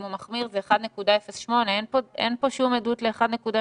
אם הוא מחמיר זה 1.08%. אין פה שום עדות ל-1.2%.